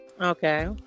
Okay